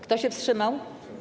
Kto się wstrzymał?